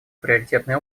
приоритетные